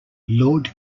lord